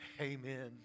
Amen